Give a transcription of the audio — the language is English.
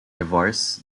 divorce